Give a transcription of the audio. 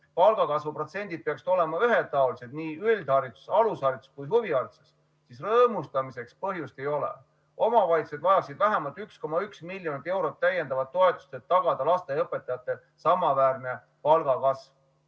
palga kasvu protsendid peaksid olema ühetaolised üldhariduses, alushariduses ja huvihariduses, siis rõõmustamiseks põhjust ei ole. Omavalitsused vajasid vähemalt 1,1 miljonit eurot täiendavat toetust, et tagada lasteaiaõpetajatele samaväärne palgakasv.